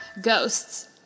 Ghosts